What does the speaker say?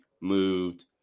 moved